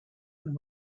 and